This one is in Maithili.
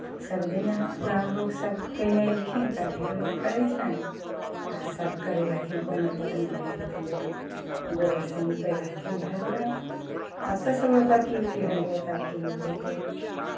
सभदिन यहाँ पुरान लोगसभ कयने अयलखिन तऽ अभियो लोग करै छनि आरसभ करै रहथिन कोनो पाबनि होइत रहय तऽ लोग गोबरसँ नीपैत रहथिन घर दुआरि आब तऽ सगरो पक्के उक्के होय गेलै तऽ आब की निपयतै